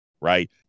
right